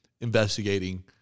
investigating